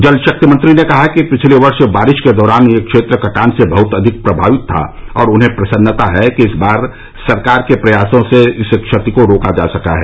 जल शक्ति मंत्री ने कहा कि पिछले वर्ष बारिश के दौरान यह क्षेत्र कटान से बह्त अधिक प्रभावित था और उन्हें प्रसन्नता है कि इस बार सरकार के प्रयासों से इस क्षति को रोका जा सका है